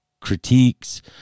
critiques